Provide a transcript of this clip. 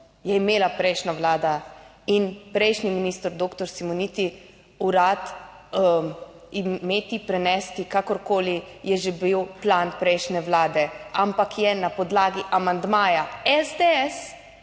je imela prejšnja vlada in prejšnji minister, doktor Simoniti Urad imeti, prenesti, kakorkoli je že bil plan prejšnje vlade, ampak je na podlagi amandmaja SDS